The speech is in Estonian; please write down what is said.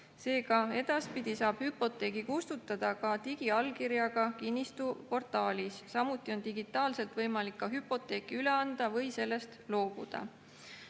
Seega saab edaspidi hüpoteegi kustutada ka digiallkirjaga kinnistuportaalis. Samuti on digitaalselt võimalik hüpoteeki üle anda või sellest loobuda.